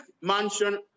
mansion